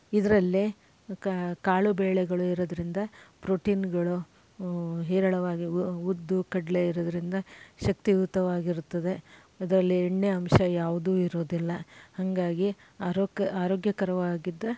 ಇದರಲ್ಲೆ ಕಾಳು ಬೇಳೆಗಳು ಇರೋದರಿಂದ ಪ್ರೊಟೀನ್ಗಳು ಹೇರಳವಾಗಿ ಉದ್ದು ಕಡಲೇ ಇರೋದರಿಂದ ಶಕ್ತಿಯುತವಾಗಿರುತ್ತದೆ ಅದರಲ್ಲಿ ಎಣ್ಣೆ ಅಂಶ ಯಾವುದೂ ಇರೋದಿಲ್ಲ ಹಾಗಾಗಿ ಆರೋಕ್ ಆರೋಗ್ಯಕರವಾಗಿದ್ದ